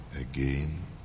again